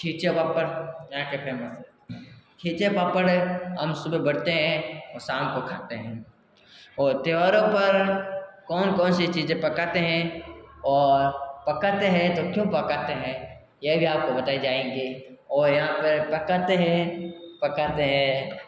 खींच्यां पापड़ यहाँ के फेमस है खींच्यां पापड़ हम सुबह बड़ते हैं और शाम को खाते हैं और त्योहारों पर कौन कौन सी चीज़ें पकाते हैं और पकाते हैं तो क्यों पकाते हैं यह भी आपको बताए जाएंगे और यहाँ पर पकाते हैं पकाते हैं